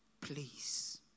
Please